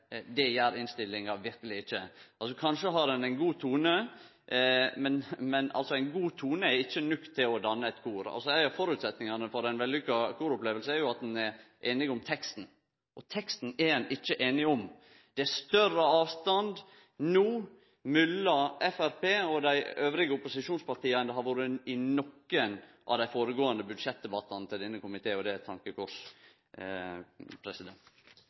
Det gjer innstillinga verkeleg ikkje. Kanskje har ein ein god tone, men ein god tone er ikkje nok til å danne eit kor. Føresetnadene for ei vellykka koroppleving er jo at ein er einig om teksten, og teksten er ein ikkje einig om. Det er større avstand no mellom Framstegspartiet og dei andre opposisjonspartia enn det har vore i nokre av dei føregåande budsjettdebattane til denne komiteen – og det er eit tankekors.